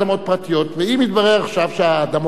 ואם יתברר עכשיו שהאדמות אינן פרטיות?